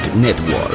Network